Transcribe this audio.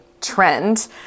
trend